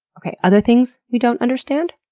okay, other things we don't understand?